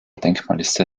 denkmalliste